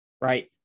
right